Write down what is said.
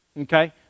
okay